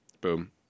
boom